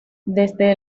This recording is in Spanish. desde